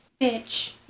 Bitch